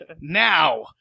now